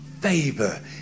favor